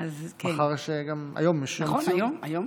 היום יש גם, נכון,